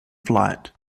flight